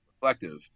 reflective